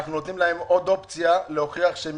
אנחנו נותנים להם עוד אופציה כדי להוכיח שהם